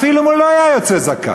אפילו אם הוא לא היה יוצא זכאי,